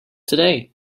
today